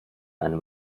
einem